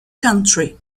country